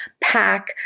pack